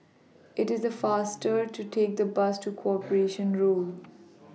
IT IS faster to Take The Bus to Corporation Road